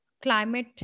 climate